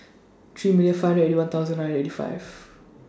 three million five Eighty One thousand nine eighty five